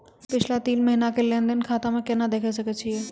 पिछला तीन महिना के लेंन देंन खाता मे केना देखे सकय छियै?